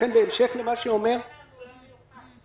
למה המצב היום הוא לא מיוחד?